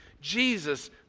Jesus